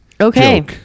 Okay